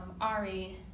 Ari